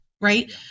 right